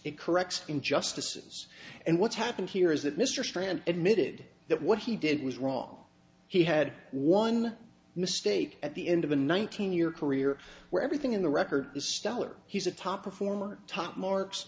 it corrects injustices and what's happened here is that mr strand admitted that what he did was wrong he had one mistake at the end of a nineteen year career where everything in the record is stellar he's a top performer top marks